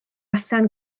allan